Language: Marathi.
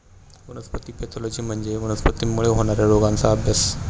वनस्पती पॅथॉलॉजी म्हणजे वनस्पतींमुळे होणार्या रोगांचा अभ्यास